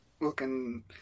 looking